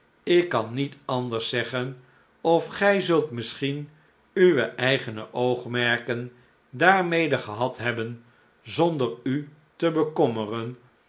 ik kan niet anders zeggen of gij zult misschien uwe eigene oogmerken daarmede gehad hebben zonder u te bekommeren